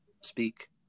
speak